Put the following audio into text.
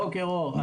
בוקר אור.